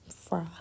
fry